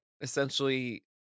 essentially